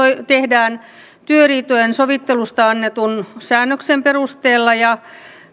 tehdään työriitojen sovittelusta annetun säännöksen perusteella ja